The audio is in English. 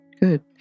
good